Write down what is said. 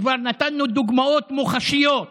כבר נתנו דוגמאות מוחשיות,